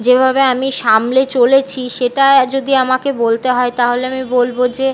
যেভাবে আমি সামলে চলেছি সেটা যদি আমাকে বলতে হয় তাহলে আমি বলবো যে